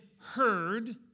heard